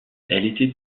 était